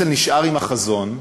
הרצל נשאר עם החזון,